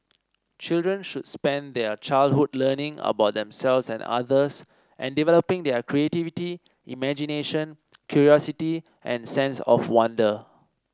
children should spend their childhood learning about themselves and others and developing their creativity imagination curiosity and sense of wonder